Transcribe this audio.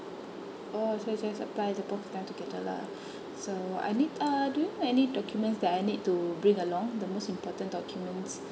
oh so so I apply the both of them together lah so I need uh do you know any documents that I need to bring along the most important documents